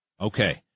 Okay